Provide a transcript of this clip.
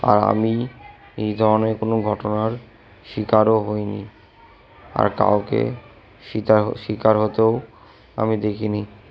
আর আমি এই ধরনের কোনো ঘটনার শিকারও হইনি আর কাউকে শিকার শিকার হতেও আমি দেখিনি